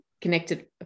connected